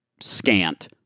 scant